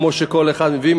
כמו שכל אחד מביא,